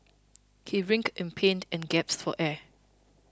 he writhed in pain and gasped for air